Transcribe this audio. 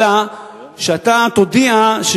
אלא שאתה תודיע,